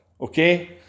okay